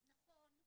אז נכון,